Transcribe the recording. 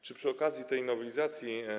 Czy przy okazji tej nowelizacji